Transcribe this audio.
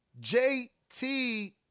JT